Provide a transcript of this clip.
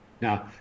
Now